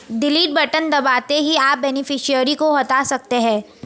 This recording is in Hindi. डिलीट बटन दबाते ही आप बेनिफिशियरी को हटा सकते है